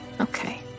Okay